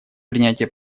принятие